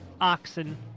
oxen